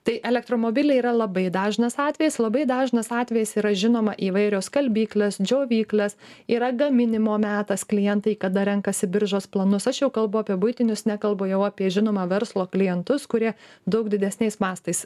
tai elektromobiliai yra labai dažnas atvejis labai dažnas atvejis yra žinoma įvairios skalbyklės džiovyklės yra gaminimo metas klientai kada renkasi biržos planus aš jau kalbu apie buitinius nekalbu jau apie žinoma verslo klientus kurie daug didesniais mastais